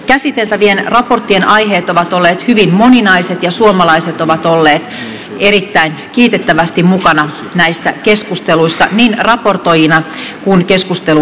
käsiteltävien raporttien aiheet ovat olleet hyvin moninaiset ja suomalaiset ovat olleet erittäin kiitettävästi mukana näissä keskusteluissa niin raportoijina kuin keskusteluun osallistujina